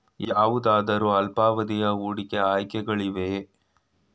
ಯಾವುದಾದರು ಅಲ್ಪಾವಧಿಯ ಹೂಡಿಕೆ ಆಯ್ಕೆಗಳಿವೆಯೇ?